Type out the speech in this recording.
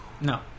No